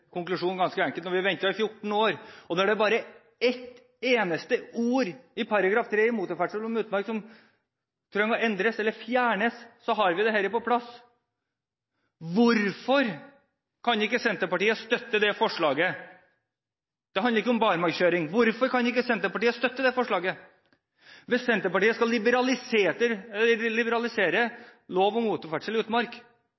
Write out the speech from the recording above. konklusjon, ganske enkelt: Når vi har ventet i 14 år, og når det bare er ett eneste ord i § 3 i lov om motorferdsel i utmark og vassdrag som trenger å endres eller fjernes for å ha dette på plass – hvorfor kan ikke Senterpartiet støtte forslaget? Det handler ikke om barmarkskjøring. Hvorfor kan ikke Senterpartiet støtte forslaget? Hvis Senterpartiet skal